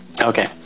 Okay